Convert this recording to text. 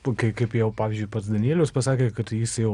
puikiai kaip jau pavyzdžiui pats danielius pasakė kad jis jau